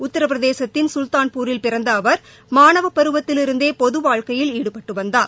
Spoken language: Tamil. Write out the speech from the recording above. உத்திரபிரதேசத்தின் சுல்தான்பூரில் பிறந்த அவர் மாணவர் பருவத்திவிருந்தே பொது வாழ்க்கையில் ஈடுபட்டு வந்தார்